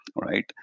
right